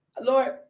Lord